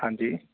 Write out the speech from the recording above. ਹਾਂਜੀ